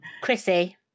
chrissy